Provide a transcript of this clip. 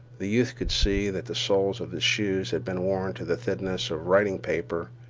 the youth could see that the soles of his shoes had been worn to the thinness of writing paper,